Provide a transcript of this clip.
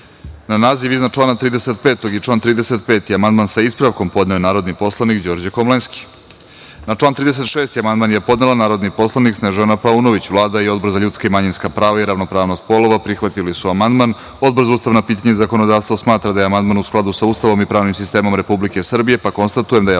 naziv iznad člana 35. i član 35. amandman, sa ispravkom, podneo je narodni poslanik Đorđe Komlenski. Na član 36. amandman je podnela narodni poslanik Snežana Paunović. Vlada i Odbor za ljudska i manjinska prava i ravnopravnost polova prihvatili su amandman, a Odbor za ustavna pitanja i zakonodavstvo smatra da je amandman u skladu sa Ustavom i pravnim sistemom Republike Srbije, pa konstatujem da je